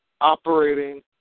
operating